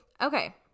Okay